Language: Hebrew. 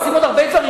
עושים עוד הרבה דברים,